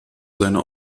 seine